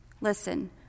Listen